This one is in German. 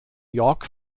york